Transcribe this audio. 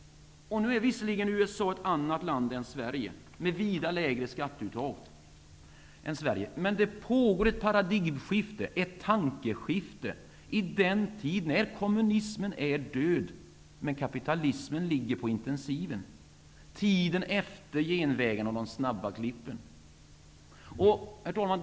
Nu är USA visserligen ett annat land än Sverige, med vida lägre skatteuttag än Sverige. Men det pågår ett paradigmskifte, ett tankeskifte, i den tid då kommunismen är död och kapitalismen ligger på intensiven - tiden efter genvägarna och de snabba klippen. Herr talman!